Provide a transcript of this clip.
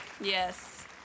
Yes